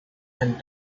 and